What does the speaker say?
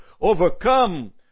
overcome